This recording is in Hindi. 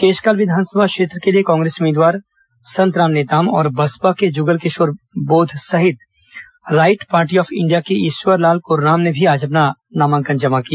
केशकाल विधानसभा क्षेत्र के लिए कांग्रेस उम्मीदवार संतराम नेताम और बसपा के जुगलकिशोर बोध तथा राईट पार्टी ऑफ इंडिया के ईश्वर लाल कोर्राम ने भी आज नामांकन जमा किया